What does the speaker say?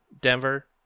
Denver